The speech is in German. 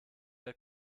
der